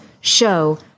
show